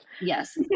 Yes